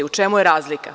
U čemu je razlika?